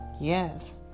Yes